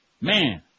Man